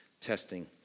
testing